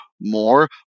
more